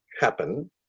happen